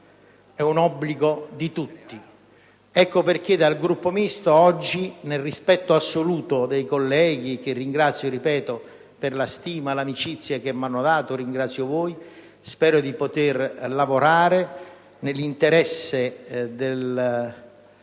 è un obbligo per tutti. Ecco perché nel Gruppo Misto oggi, nel rispetto assoluto dei colleghi, che ringrazio per la stima e l'amicizia che mi hanno dato, spero di poter lavorare nell'interesse della